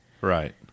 Right